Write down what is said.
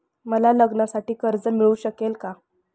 मला लग्नासाठी कर्ज मिळू शकेल का?